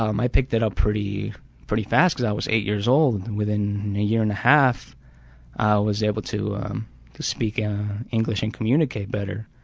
um i picked it up pretty pretty fast because i was eight years old. within a year and a half i was able to speak english and communicate better,